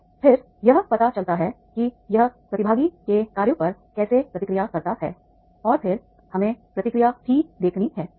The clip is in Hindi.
और फिर यह पता चलता है कि यह प्रतिभागी के कार्यों पर कैसे प्रतिक्रिया करता है और फिर हमें प्रतिक्रिया भी देखनी है